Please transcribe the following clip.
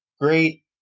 great